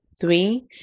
three